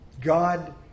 God